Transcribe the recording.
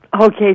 Okay